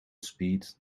speed